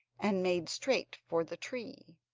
and made straight for the tree.